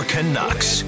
Canucks